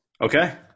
Okay